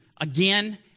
Again